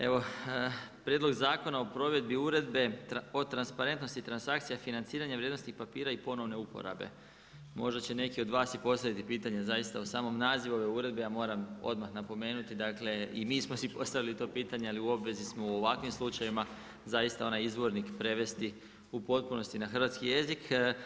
Evo prijedlog Zakona o provedbi uredbe transparentnosti transakcija financiranja vrijednosnih papira i ponovne uporabe, možda će neki od vas i postaviti pitanje zaista o samom nazivu ove uredbe, ja moram odmah napomenuti dakle, i mi smo si postavili to pitanje ali obvezi smo u ovakvim slučajevima, zaista onaj izvornik prevesti u potpunosti na hrvatski jezik.